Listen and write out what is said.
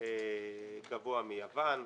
גבוה מיוון,